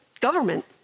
government